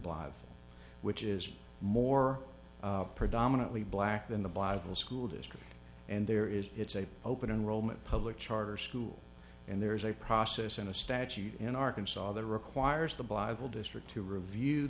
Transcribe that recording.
bly which is more predominately black than the bible school district and there is it's a open enrollment public charter school and there is a process in a statute in arkansas the requires the bible district to review